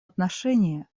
отношении